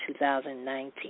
2019